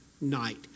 night